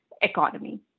economy